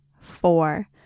four